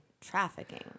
trafficking